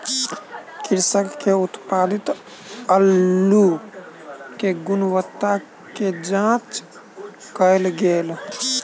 कृषक के उत्पादित अल्लु के गुणवत्ता के जांच कएल गेल